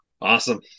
Awesome